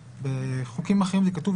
בחוקים אחרים כתוב,